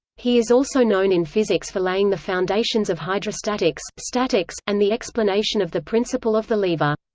he is also known in physics for laying the foundations of hydrostatics, statics, and the explanation of the principle of the lever.